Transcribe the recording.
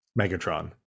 Megatron